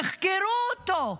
תחקרו אותו,